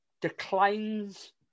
declines